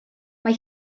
mae